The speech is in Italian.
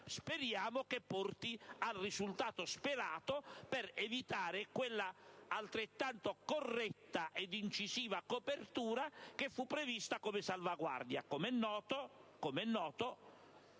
Speriamo che porti al risultato sperato, per evitare quella altrettanto corretta e incisiva copertura che è stata prevista come salvaguardia. Come noto,